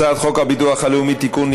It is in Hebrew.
הצעת חוק הביטוח הלאומי (תיקון,